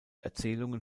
erzählungen